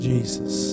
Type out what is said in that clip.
Jesus